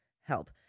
help